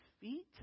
feet